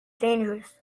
dangerous